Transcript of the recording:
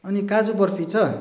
अनि काजु बर्फी छ